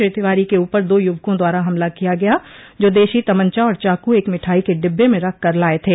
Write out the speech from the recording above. श्री तिवारी के ऊपर दो युवकों द्वारा हमला किया गया जो देशी तमंचा और चाकू एक मिठाई के डिब्बे में रखकर लाये थे